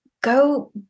go